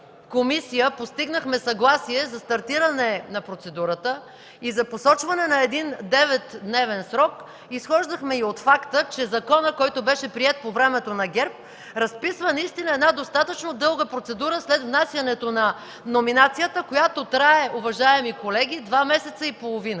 комисия постигнахме съгласие за стартиране на процедурата и за посочване на деветдневен срок, изхождахме и от факта, че законът, приет по времето на ГЕРБ, разписва наистина достатъчно дълга процедура след внасянето на номинацията, която трае два месеца и половина,